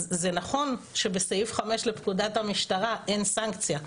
אז זה נכון שבסעיף 5 לפקודת המשטרה אין סנקציה,